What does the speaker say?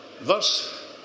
Thus